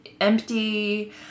empty